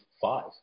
five